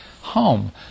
home